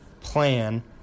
plan